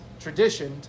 traditioned